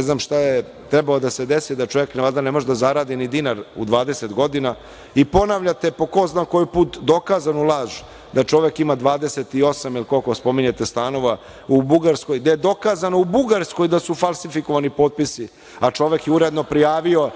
znam šta je trebalo da se desi? Čovek valjda ne može da zaradi ni dinar u 20 godina i ponavljate po ko zna koji put dokazanu laž da čovek ima 28, ili koliko spominjete, stanova u Bugarskoj, da je dokazano u Bugarskoj da su falsifikovani potpisi, a čovek je uredno prijavio